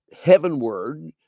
heavenward